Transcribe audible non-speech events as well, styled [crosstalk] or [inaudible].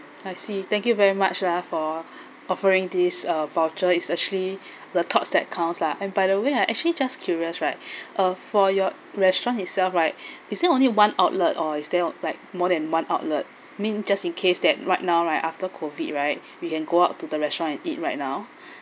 I see thank you very much ah for [breath] offering this uh voucher it's actually [breath] the thoughts that counts lah and by the way I actually just curious right [breath] uh for your restaurant itself right [breath] is that only one outlet or is there like more than one outlet I mean just in case that right now right after COVID right we can go out to the restaurant and eat right now [breath]